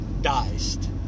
diced